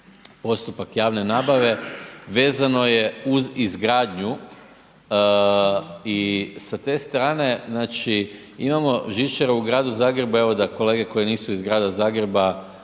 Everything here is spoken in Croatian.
postupak javne nabave, vezano je uz izgradnju i sa te strane imamo žičaru u gradu Zagrebu evo da kolege koje nisu iz grada Zagreba